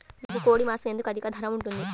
నాకు కోడి మాసం ఎందుకు అధిక ధర ఉంటుంది?